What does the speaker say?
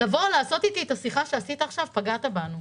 לבוא ולעשות איתי את השיחה שעשית עכשיו פגעת בנו.